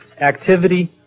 activity